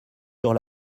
sur